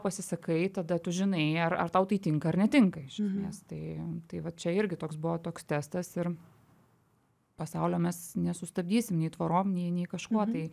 pasisakai tada tu žinai ar ar tau tai tinka ar netinka nes tai tai va čia irgi toks buvo toks testas ir pasaulio mes nesustabdysime nei tvoros nei kažkuo tai